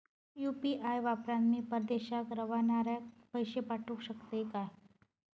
UPI वापरान मी परदेशाक रव्हनाऱ्याक पैशे पाठवु शकतय काय?